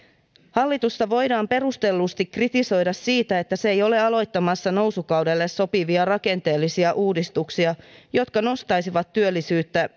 hallitusta voidaan perustellusti kritisoida siitä että se ei ole aloittamassa nousukaudelle sopivia rakenteellisia uudistuksia jotka nostaisivat työllisyyttä